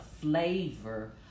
flavor